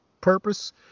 purpose